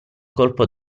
colpo